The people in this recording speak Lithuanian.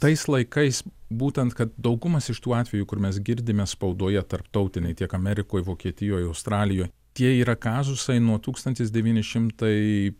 tais laikais būtent kad daugumas iš tų atvejų kur mes girdime spaudoje tarptautiniai tiek amerikoj vokietijoj australijoj tie yra kazusai nuo tūkstantis devyni šimtai